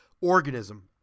organism